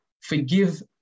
forgive